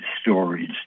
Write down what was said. stories